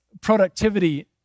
productivity